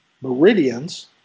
meridians